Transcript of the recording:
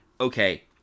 okay